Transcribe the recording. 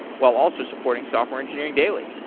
while also supporting software engineering daily.